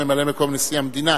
ממלא-מקום נשיא המדינה,